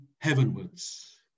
heavenwards